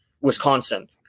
Wisconsin